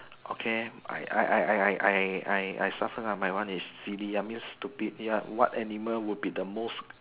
okay I I I I I I I I suffer lah my one is silly uh means stupid ya what animal would be the most